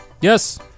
Yes